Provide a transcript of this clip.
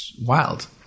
wild